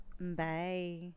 bye